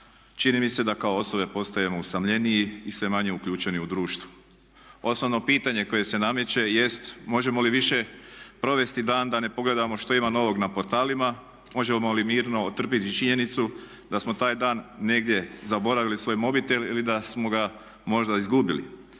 čini mi se da kao osobe postajemo usamljeniji i sve manje uključeni u društvo. Osnovno pitanje koje se nameće jest možemo li više provesti dan da ne pogledamo što ima novog na portalima, možemo li mirno otrpiti činjenicu da smo taj dan negdje zaboravili svoj mobitel ili da smo ga možda izgubili?